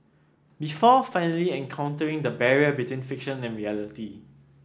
before finally encountering the barrier between fiction and reality